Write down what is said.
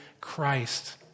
Christ